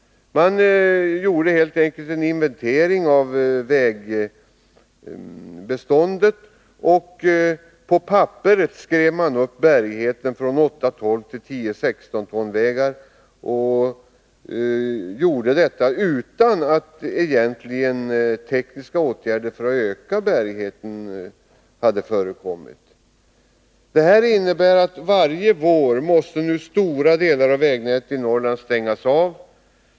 Man gjorde helt enkelt en inventering av vägbeståndet, och på papperet skrev man upp bärigheten från 8 16 utan att egentligen tekniska åtgärder hade vidtagits för att öka bärigheten. Det innebär att stora delar av vägnätet i Norrland nu måste stängas av varje vår.